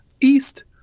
east